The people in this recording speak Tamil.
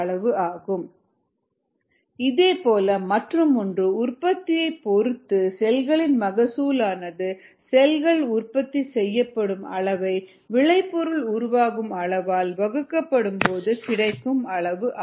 Yps விளைபொருள் உற்பத்தி செய்யப்படும் அளவு மூலக்கூறு பயன்படுத்த படும் அளவு இதேபோல் மற்றும் ஒன்று உற்பத்தியைப் பொறுத்து செல்களின் மகசூல் ஆனது செல்கள் உற்பத்தி செய்யப்படும் அளவை விளைபொருள் உருவாகும் அளவால் வகுக்கப்படும் போது கிடைக்கும் அளவு ஆகும்